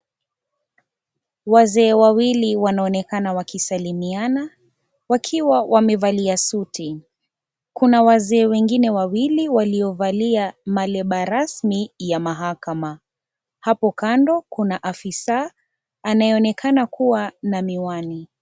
Wazee wawili wanaonekana wakisalimiana wakiwa wamevalia suti, kuna wazee wengine wawili waliovalia maleba rasmi ya mahakama, hapo kando kuna afisa anayeonekana kuwa na miwani.